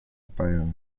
appaiono